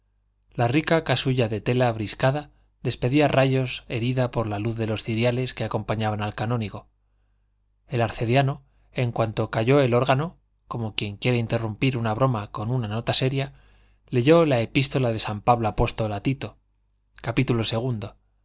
la rica casulla de tela briscada despedía rayos herida por la luz de los ciriales que acompañaban al canónigo el arcediano en cuanto calló el órgano como quien quiere interrumpir una broma con una nota seria leyó la epístola de san pablo apóstol a tito capítulo segundo